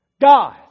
God